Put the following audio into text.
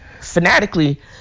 fanatically